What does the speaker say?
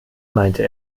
meinte